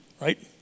Right